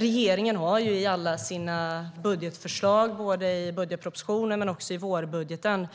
Regeringen har i alla budgetförslag, både budgetpropositionen och vårbudgeten,